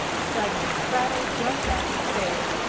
suddenly friday jumped up and said,